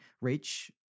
reach